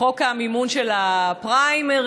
חוק המימון של הפריימריז,